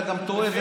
אתה גם טועה,